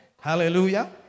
Hallelujah